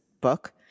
book